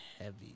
heavy